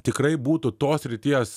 tikrai būtų tos srities